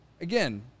Again